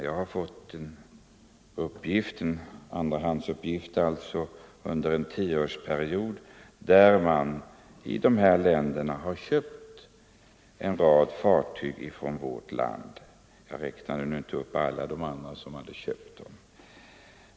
Jag har fått en andrahandsuppgift som gäller en tioårsperiod där det meddelas att dessa länder har köpt en rad fartyg från vårt land. Jag räknade nu inte upp alla de andra som hade köpt fartyg.